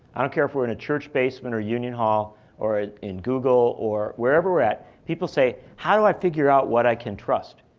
i don't care if we're in a church basement or union hall or in google or wherever we're at, people say, how do i figure out what i can trust?